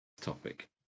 topic